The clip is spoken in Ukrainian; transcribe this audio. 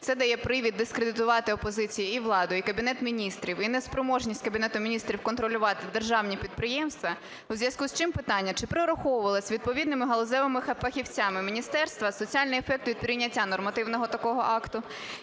Це дає привід дискредитувати опозиції і владу, і Кабінет Міністрів, і неспроможність Кабінету Міністрів контролювати державні підприємства. У зв'язку з чим питання: чи прораховувався відповідними галузевими фахівцями міністерства соціальний ефект від прийняття нормативного такого акту?